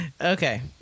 Okay